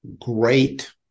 great